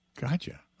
Gotcha